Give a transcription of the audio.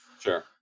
Sure